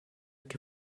che